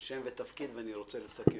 שם ותפקיד ואני רוצה לסכם.